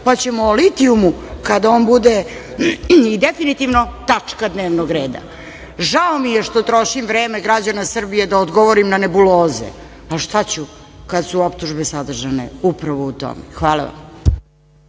pa ćemo o litijumu kada on bude i definitivno tačka dnevnog reda. Žao mi je što trošim vreme građana Srbije da odgovorim na nebuloze, ali šta ću kad su optužbe sadržane upravo u tome. Hvala vam.